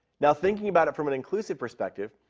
now, thinking about it from an inclusive perspective,